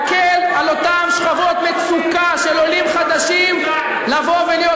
להקל על אותן שכבות מצוקה של עולים חדשים לבוא ולהיות